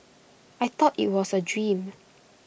I thought IT was A dream